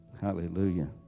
hallelujah